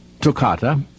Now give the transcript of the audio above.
toccata